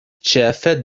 ĉefe